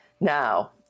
Now